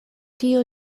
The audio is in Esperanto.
tio